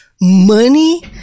money